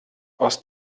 aus